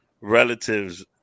relatives